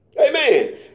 Amen